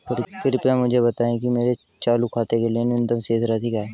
कृपया मुझे बताएं कि मेरे चालू खाते के लिए न्यूनतम शेष राशि क्या है